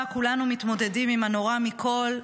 שבה כולנו מתמודדים עם הנורא מכול.